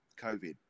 COVID